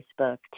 Facebook